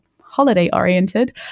holiday-oriented